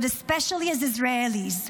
but especially as Israelis,